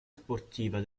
sportiva